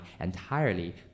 entirely